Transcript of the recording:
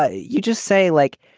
yeah you just say like,